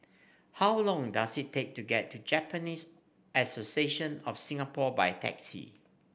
how long does it take to get to Japanese Association of Singapore by taxi